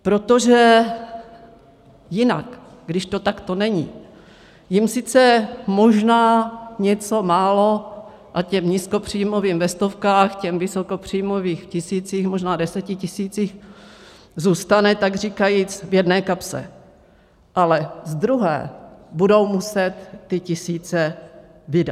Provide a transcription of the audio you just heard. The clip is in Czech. Protože jinak, když to takto není, jim sice možná něco málo, těm nízkopříjmovým ve stovkách, těm vysokopříjmovým v tisících, možná desetitisících, zůstane takříkajíc v jedné kapse, ale z druhé budou muset ty tisíce vydat.